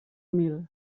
mil